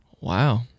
Wow